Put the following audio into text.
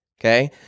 Okay